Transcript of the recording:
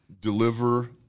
deliver